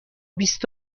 بیست